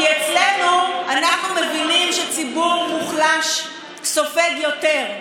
כי אנחנו מבינים שציבור מוחלש סופג יותר.